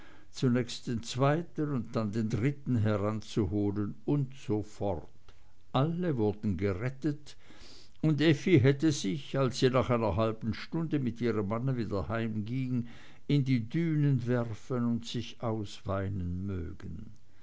zunächst den zweiten und dann den dritten heranzuholen und so fort alle wurden gerettet und effi hätte sich als sie nach einer halben stunde mit ihrem manne wieder heimging in die dünen werfen und sich ausweinen mögen